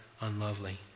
unlovely